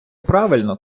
правильно